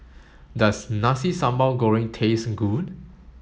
does Nasi Sambal Goreng taste good